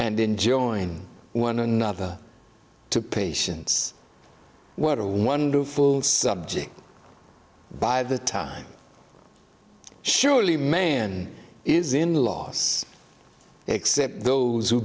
and enjoying one another to patients what a wonderful subject by the time surely man is in law except those who